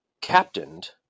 captained